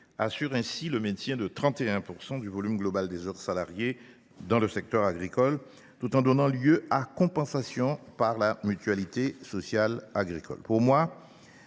– garantit le maintien de 31 % du volume global des heures salariées dans le secteur agricole, tout en donnant lieu à compensation à la Mutualité sociale agricole